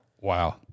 Wow